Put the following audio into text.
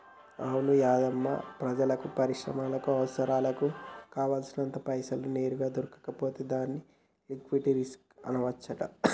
అవును యాధమ్మా ప్రజలకు పరిశ్రమలకు అవసరాలకు కావాల్సినంత పైసలు నేరుగా దొరకకపోతే దాన్ని లిక్విటీ రిస్క్ అనవచ్చంట